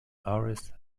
arrest